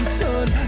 sun